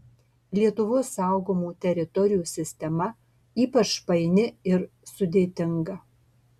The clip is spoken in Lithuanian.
lietuvos saugomų teritorijų sistema ypač paini ir sudėtinga